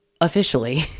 officially